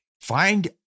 Find